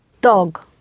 Dog